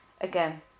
again